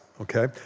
okay